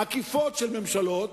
עקיפות של ממשלות